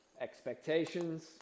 expectations